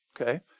okay